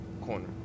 corner